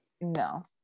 No